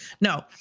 No